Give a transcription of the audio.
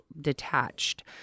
detached